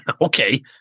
okay